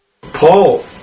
Paul